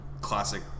classic